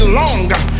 longer